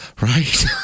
Right